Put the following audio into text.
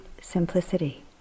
simplicity